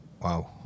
Wow